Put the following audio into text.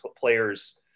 players